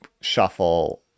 shuffle